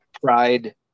pride